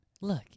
Look